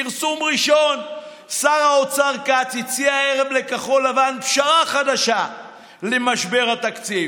פרסום ראשון: שר האוצר כץ הציע הערב לכחול לבן פשרה חדשה למשבר התקציב: